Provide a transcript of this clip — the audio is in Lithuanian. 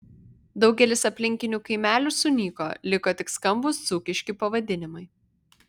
daugelis aplinkinių kaimelių sunyko liko tik skambūs dzūkiški pavadinimai